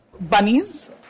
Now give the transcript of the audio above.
bunnies